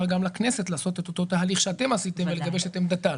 גם לכנסת לעשות את אותו תהליך שאתם עשיתם ולגבש את עמדתה.